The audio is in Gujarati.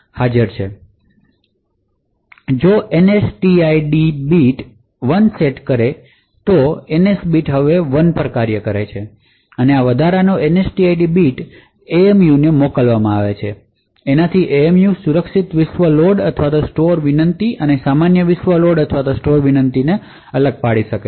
જો NSTID બીટ 1 સેટ કરે છે તો એનએસ બીટ હવે 1 પર કરે છે આ આ વધારાનો NSTID બીટ એમએમયુને મોકલવામાં આવે છે એનાથી એમએમયુ સુરક્ષિત વિશ્વ લોડ અથવા સ્ટોર વિનંતી અને સામાન્ય વિશ્વ લોડ અથવા સ્ટોર વિનંતી થી અલગ પારખી શકશે